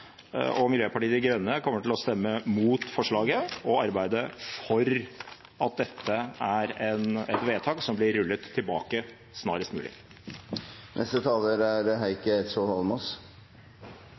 og Miljøpartiet De Grønne kommer til å stemme mot lovforslaget og arbeide for at dette er et vedtak som blir rullet tilbake snarest mulig.